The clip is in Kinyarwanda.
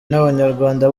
n’abanyarwanda